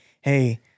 hey